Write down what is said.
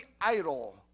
idol